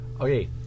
Okay